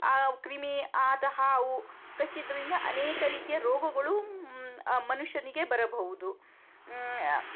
ಆ ಕ್ರಿಮಿ ಆತ ಹಾವು ಕಚ್ಚಿದ್ದರಿಂದ ಅನೇಕ ರೀತಿಯ ರೋಗಗಳು ಮನುಷ್ಯನಿಗೆ ಬರಬಹುದು